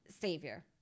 savior